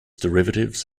derivatives